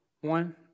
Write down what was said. one